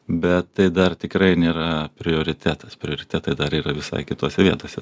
bet tai dar tikrai nėra prioritetas prioritetai dar yra visai kitose vietose